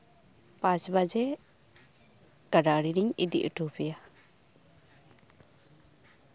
ᱯᱟᱸᱪ ᱵᱟᱡᱮ ᱜᱟᱰᱟ ᱟᱲᱮᱨᱤᱧ ᱤᱫᱤ ᱦᱚᱴᱚ ᱟᱯᱮᱭᱟ